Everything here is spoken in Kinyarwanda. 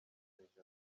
jenoside